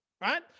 right